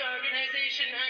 Organization